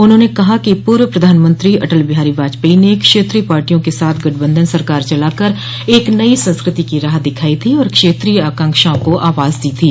उन्होंने कहा कि पूर्व प्रधानमंत्री अटल बिहारी वाजपेयी ने क्षेत्रीय पार्टियों के साथ गठबंधन सरकार चलाकर एक नई संस्कृति की राह दिखाई थी और क्षेत्रीय आकांक्षाओं को आवाज दी थी